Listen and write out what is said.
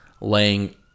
laying